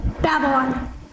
Babylon